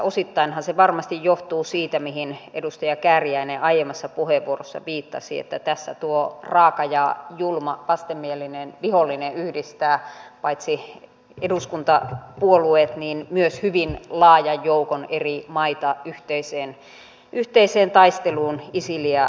osittainhan se varmasti johtuu siitä mihin edustaja kääriäinen aiemmassa puheenvuorossaan viittasi että tässä tuo raaka ja julma vastenmielinen vihollinen yhdistää paitsi eduskuntapuolueet myös hyvin laajan joukon eri maita yhteiseen taisteluun isiliä vastaan